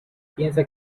piensa